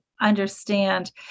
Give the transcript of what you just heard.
understand